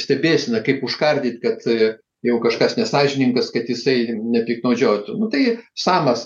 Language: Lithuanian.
stebėsena kaip užkardyt kad jau kažkas nesąžiningas kad jisai nepiktnaudžiautų nu tai samas